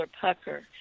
pucker